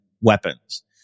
weapons